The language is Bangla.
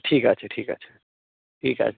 ঠিক আছে ঠিক আছে ঠিক আছে